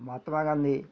Mahatma Gandhi